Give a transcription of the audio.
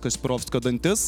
kaspirovskio dantis